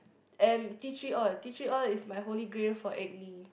and tea tree oil tea tree oil is my holy grail for acne